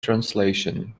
translation